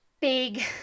big